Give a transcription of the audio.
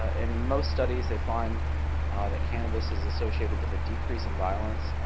and most studies, they find ah that cannabis is associated with a decrease in violence.